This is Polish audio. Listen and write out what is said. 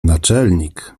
naczelnik